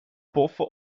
poffen